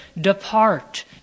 Depart